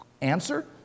Answer